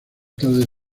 tarde